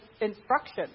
instruction